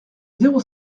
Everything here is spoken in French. zéro